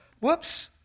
Whoops